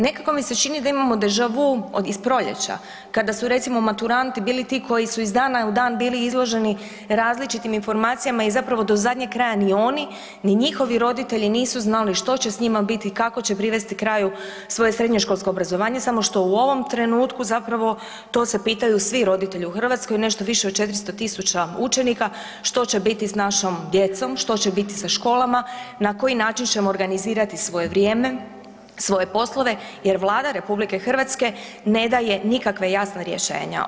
Nekako mi se čini da imamo deja vu iz proljeća kada su recimo maturanti bili ti koji su iz dana u dan bili izloženi različitim informacijama i zapravo do zadnjeg kraja ni oni ni njihovi roditelji nisu znali što će s njima biti, kako će privesti kraju svoje srednjoškolsko obrazovanje samo što u ovom trenutku to se pitaju svi roditelji u Hrvatskoj, nešto više od 400.000 učenika što će biti s našom djecom, što će biti sa školama, na koji način ćemo organizirati svoje vrijeme, svoje poslove jer Vlada RH ne daje nikakva jasna rješenja.